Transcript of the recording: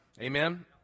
Amen